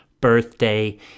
birthday